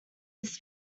his